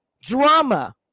drama